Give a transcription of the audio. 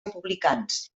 republicans